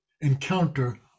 encounter